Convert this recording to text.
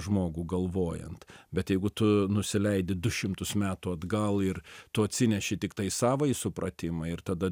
žmogų galvojant bet jeigu tu nusileidi du šimtus metų atgal ir tu atsineši tiktai savąjį supratimą ir tada